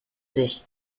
sich